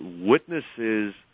witnesses